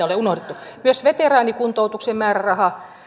ole unohdettu myös veteraanikuntoutuksen määräraha